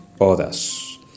others